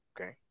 Okay